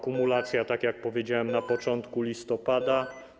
Kumulacja, tak jak powiedziałem, była na początku listopada.